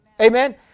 Amen